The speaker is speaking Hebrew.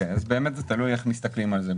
אז באמת זה תלוי איך מסתכלים על זה.